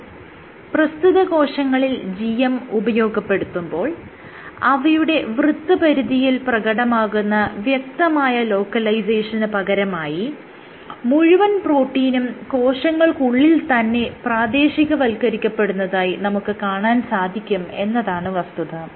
എന്നാൽ പ്രസ്തുത കോശങ്ങളിൽ GM ഉപയോഗപ്പെടുത്തുമ്പോൾ അവയുടെ വൃത്തപരിധിയിൽ പ്രകടമാകുന്ന വ്യക്തമായ ലോക്കലൈസേഷന് പകരമായി മുഴുവൻ പ്രോട്ടീനും കോശങ്ങൾക്കുള്ളിൽ തന്നെ പ്രാദേശികവൽക്കരിക്കപ്പെടുന്നതായി നമുക്ക് കാണാൻ സാധിക്കും എന്നതാണ് വസ്തുത